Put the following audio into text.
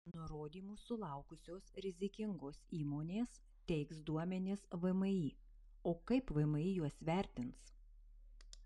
nurodymų sulaukusios rizikingos įmonės teiks duomenis vmi o kaip vmi juos vertins